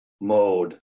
mode